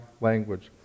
language